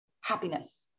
happiness